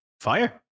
fire